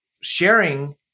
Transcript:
sharing